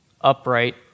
upright